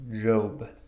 Job